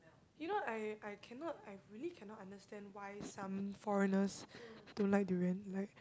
you know I I cannot I really cannot understand why some foreigners don't like durian like